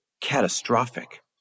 catastrophic